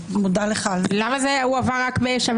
תורה של חברת הכנסת אורית פרקש לדבר, בבקשה.